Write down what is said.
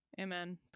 Amen